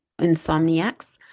insomniacs